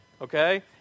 okay